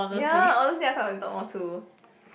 ya honestly I thought we talk more too